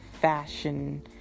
fashion